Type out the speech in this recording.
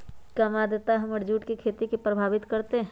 कम आद्रता हमर जुट के खेती के प्रभावित कारतै?